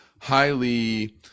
highly